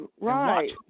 Right